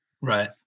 Right